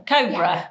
Cobra